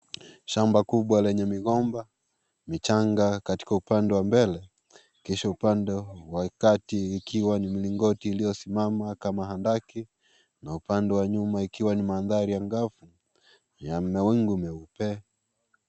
Shamba kubwa lenye migomba michanga katika upande wa mbele, kisha upande wa kati likiwa ni milingoti iliyosimama kama mahandaki na upande wa nyuma ikiwa ni mandhari angavu ya mawingu meupe.